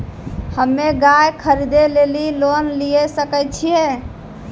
हम्मे गाय खरीदे लेली लोन लिये सकय छियै?